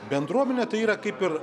bendruomenė tai yra kaip ir